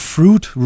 Fruit